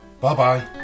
bye-bye